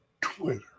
Twitter